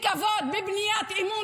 בבניית אמון.